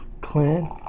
clan